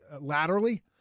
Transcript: laterally